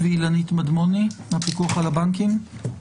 אילנית מדמוני מהפיקוח על הבנקים.